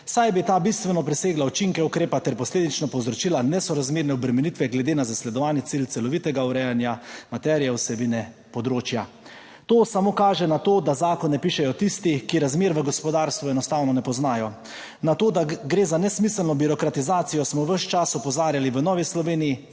saj bi ta bistveno presegla učinke ukrepa ter posledično povzročila nesorazmerne obremenitve. Glede na zasledovani cilj celovitega urejanja materije vsebine področja. To samo kaže na to, da zakon pišejo tisti, ki razmer v gospodarstvu enostavno ne poznajo. Na to, da gre za nesmiselno birokratizacijo smo ves čas opozarjali v Novi Sloveniji,